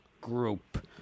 group